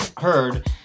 heard